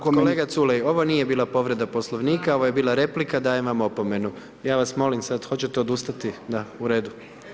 Kolega Culej, ovo nije bila povreda Poslovnika, ovo je bila replika, dajem vam opomenu, ja vas molim sad, hoćete odustati, da, u redu.